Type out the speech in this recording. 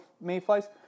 mayflies